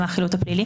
למה החילוט הפלילי